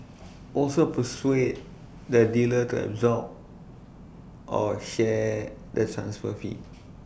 also persuade the dealer to absorb or share the transfer fee